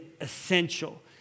essential